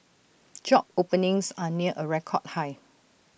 job openings are near A record high